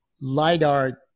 LIDAR